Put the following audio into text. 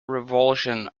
revulsion